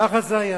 ככה זה היה.